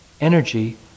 energy